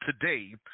today